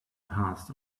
past